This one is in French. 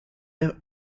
ère